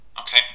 Okay